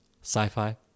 sci-fi